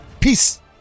peace